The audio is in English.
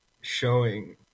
showing